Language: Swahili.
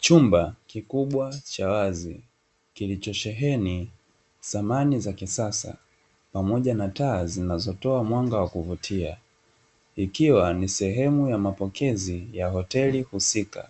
Chumba kikubwa cha wazi kilicho sheheni samani za kisasa pamoja na taa zinazotoa mwanga wa kuvutia, ikiwa ni sehemu ya mapokezi ya hoteli husika